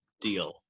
Deal